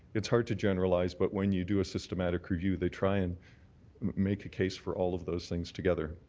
it's hard to generalize but when you do a systemic review they try and make a case for all of those things together.